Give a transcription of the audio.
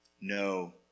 No